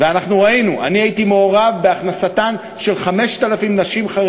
בליץ בסדר שלכם, טוב,